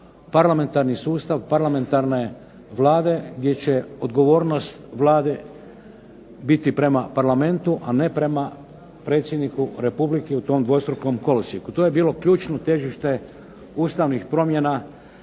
parlamentarni sustav parlamentarne Vlade, gdje će odgovornost Vlade biti prema Parlamentu, a ne prema predsjedniku Republike u tom dvostrukom kolosijeku. To je bilo ključno težište ustavnih promjena